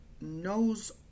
knows